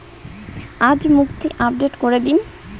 আজ মুক্তি আপডেট করে দিন